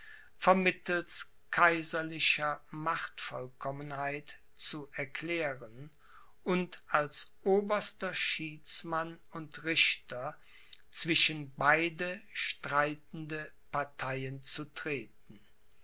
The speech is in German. vermittelst kaiserlicher machtvollkommenheit zu erklären und als oberster schiedsmann und richter zwischen beide streitende parteien zu treten